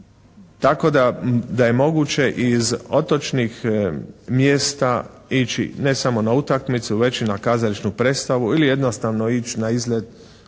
tako da je moguće iz otočnih mjesta ići ne samo na utakmicu već i na kazališnu predstavu ili jednostavno ići na izlet